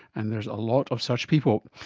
and there is a lot of such people.